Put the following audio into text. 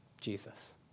Jesus